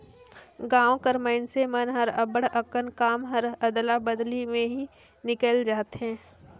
गाँव कर मइनसे मन कर अब्बड़ अकन काम हर अदला बदली में ही निकेल जाथे